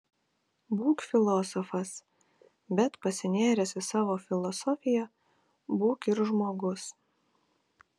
būk filosofas bet pasinėręs į savo filosofiją būk ir žmogus